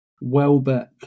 Welbeck